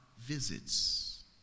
visits